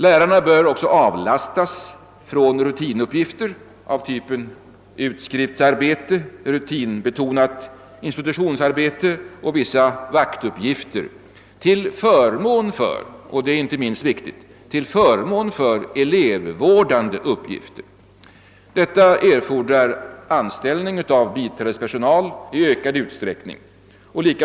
Lärarna bör också avlastas rutinuppgifter av typ utskriftsarbete, rutinbetonat institutionsarbete och vissa vaktuppgifter till förmån för — och det är inte minst viktigt — elevvårdande uppgifter. Detta erfordrar anställning av biträdespersonal i ökad utsträckning.